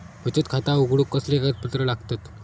बचत खाता उघडूक कसले कागदपत्र लागतत?